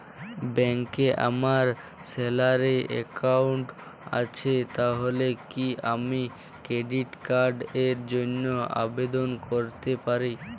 ব্যাংকে আমার salary account আছে তাহলে কি আমি ক্রেডিট কার্ড র জন্য আবেদন করতে পারি?